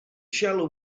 shallow